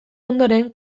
ondoren